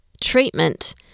treatment